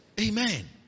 Amen